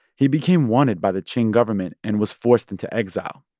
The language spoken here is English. he became wanted by the qing government and was forced into exile.